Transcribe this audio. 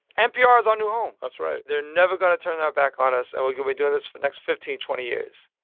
npr's our new home that's right they're never going to turn their back on us, and we're going to be doing this for the next fifteen, twenty years.